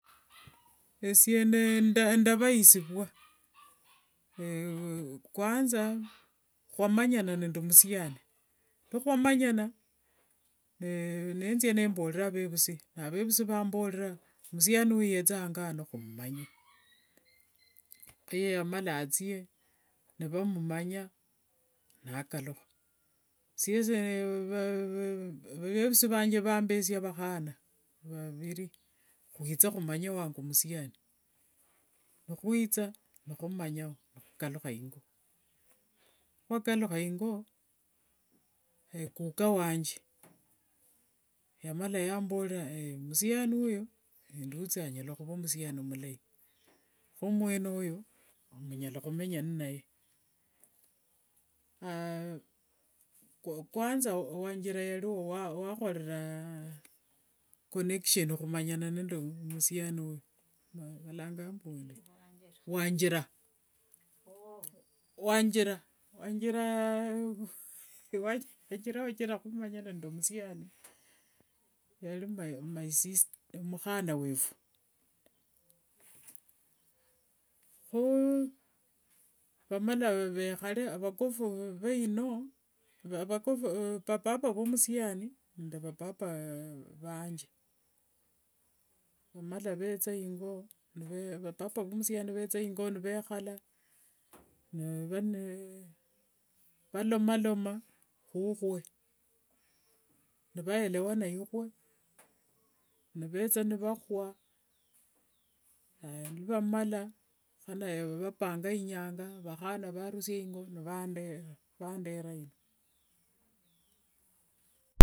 esie nde ndavayisivua. kwanza ndamanyama nende musiani. Lukhuamanyana nethia nemborera vevusi. Vevusi vamborera musiani oyo yethe ango ano khumumanye heyamala athie nivamumanya, nakalukha. Siesi vevusi vanje nivamberesia vakhana vaviri, khwithe khumanya wavumusiani. Nikhwitha nikhumanyao nikhukalukha ingo. Lwakhwakalukha ingo, kuka wanje, yamana namborera musiani wuyo enduthi anyala khuva musiani mulai, kho mweneyo, munyala khumenya vilai. kwanza wanjira ali wakholera connection khumanyana nende musiani wuyo. Valanganga mbu wina wanjira. Wanjira, wachira wachira khumanyana nende musiani, yali my sister, mukhana wefu. Kho vamala vekhale avakofu vaino, vakofu, papa wa musiani nende vapapa vanje. Vamala vetha ingo, vapapa va vamusiani nivetha ingo nivekhala. Ne valomaloma khukhwe, nivaelewana ikhwe vakhana nivandusia ingo nivandera